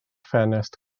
ffenest